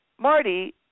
Marty